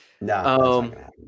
No